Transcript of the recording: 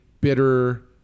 bitter